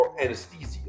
anesthesia